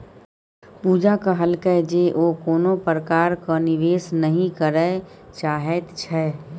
पूजा कहलकै जे ओ कोनो प्रकारक निवेश नहि करय चाहैत छै